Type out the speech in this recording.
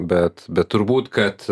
bet bet turbūt kad